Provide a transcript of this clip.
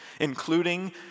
including